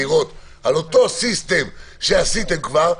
לראות על אותו "סיסטם" שעשיתם כבר.